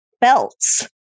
belts